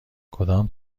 کدام